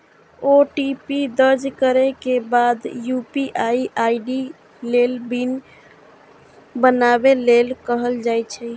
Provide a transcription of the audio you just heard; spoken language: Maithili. ओ.टी.पी दर्ज करै के बाद यू.पी.आई आई.डी लेल पिन बनाबै लेल कहल जाइ छै